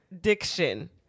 diction